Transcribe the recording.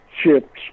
ships